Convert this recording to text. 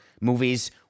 movies